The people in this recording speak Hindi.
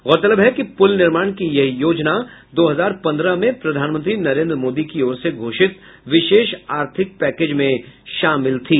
गौरतलब है कि पुल निर्माण की यह योजना दो हजार पन्द्रह में प्रधानमंत्री नरेन्द्र मोदी की ओर से घोषित विशेष आर्थिक पैकेज में शामिल थी